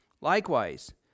Likewise